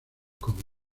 comedy